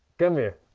come here.